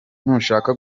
nushaka